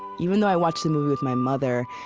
even though i watched the movie with my mother,